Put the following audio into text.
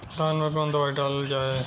धान मे कवन दवाई डालल जाए?